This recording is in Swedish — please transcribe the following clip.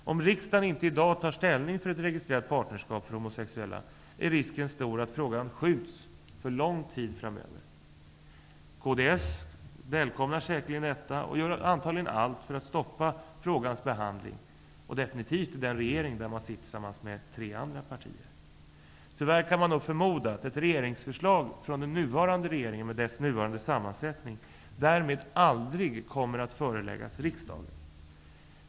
Om riksdagen i dag inte tar ställning för ett registrerat partnerskap för homosexuella, är risken stor att frågan skjuts upp för lång tid framöver. Kds välkomnar säkerligen detta och kommer antagligen att göra allt för att stoppa frågans behandling. Det gäller definitivt i den regering där man sitter tillsammans med tre andra partier. Tyvärr kan man nog förmoda att ett förslag från den nuvarande regeringen därmed aldrig kommer att föreläggas riksdagen.